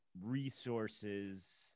resources